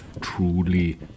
truly